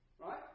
Right